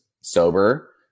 sober